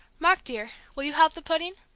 mark, dear, will you help the pudding?